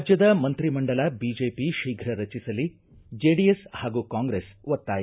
ರಾಜ್ಣದ ಮಂತ್ರಿ ಮಂಡಲ ಬಿಜೆಪಿ ಶೀಘ್ರ ರಚಿಸಲಿ ಜೆಡಿಎಸ್ ಹಾಗೂ ಕಾಂಗ್ರೆಸ್ ಒತ್ತಾಯ